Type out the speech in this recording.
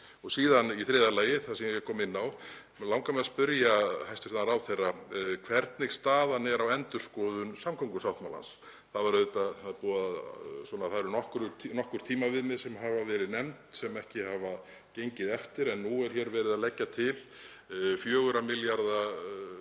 Síðan í þriðja lagi, sem ég kom inn á, langar mig að spyrja hæstv. ráðherra hvernig staðan er á endurskoðun samgöngusáttmálans. Það eru nokkur tímaviðmið sem hafa verið nefnd sem ekki hafa gengið eftir en nú er hér verið að leggja til 4 milljarða